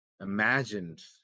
imagined